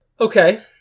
Okay